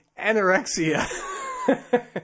anorexia